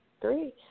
three